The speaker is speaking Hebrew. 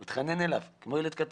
הוא התחנן אליו כמו ילד קטן,